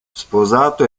sposato